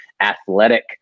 athletic